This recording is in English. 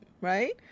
right